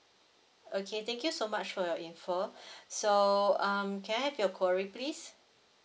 okay thank you so much for your info so um can I have your query please